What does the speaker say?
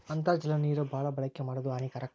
ಅಂತರ್ಜಲ ನೇರ ಬಾಳ ಬಳಕೆ ಮಾಡುದು ಹಾನಿಕಾರಕ